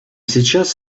сейчас